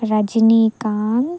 Rajini Kanth